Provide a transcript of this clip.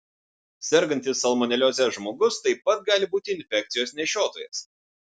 sergantis salmonelioze žmogus taip pat gali būti infekcijos nešiotojas